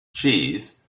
cheese